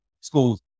schools